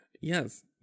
Yes